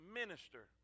minister